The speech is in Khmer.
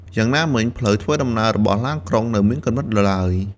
យ៉ាងណាមិញ ផ្លូវធ្វើដំណើររបស់ឡានក្រុងនៅមានកម្រិតនៅឡើយ។